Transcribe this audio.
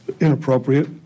inappropriate